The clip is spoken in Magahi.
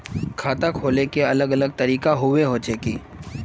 खाता खोले के अलग अलग तरीका होबे होचे की?